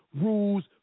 rules